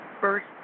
first